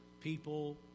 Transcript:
people